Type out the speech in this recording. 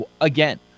Again